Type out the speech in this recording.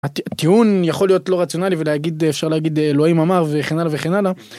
טיעון יכול להיות לא רציונלי ולהגיד אפשר להגיד אלוהים אמר וכן הלאה וכן הלאה.